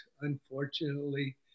unfortunately